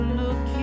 look